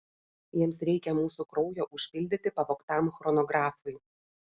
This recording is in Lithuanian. jiems reikia mūsų kraujo užpildyti pavogtam chronografui